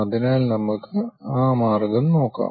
അതിനാൽ നമുക്ക് ആ മാർഗം നോക്കാം